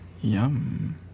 Yum